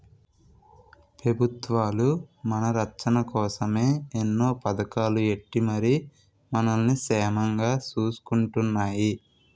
పెబుత్వాలు మన రచ్చన కోసమే ఎన్నో పదకాలు ఎట్టి మరి మనల్ని సేమంగా సూసుకుంటున్నాయి